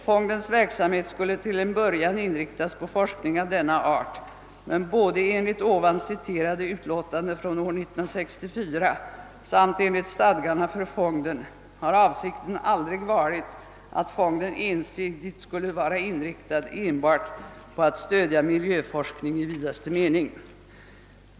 Fondens verksamhet skulle till en början inriktas på forskning av denna art, men både enligt här citerade utlåtande från år 1964 samt enligt stadgarna för fonden har avsikten aldrig varit att fonden ensidigt skulle vara inriktad enbart på att stödja miljöforskning i vidaste mening.